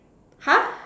!huh!